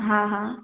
हा हा